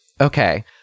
okay